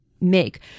make